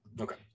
Okay